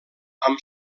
amb